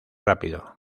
rápido